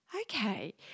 Okay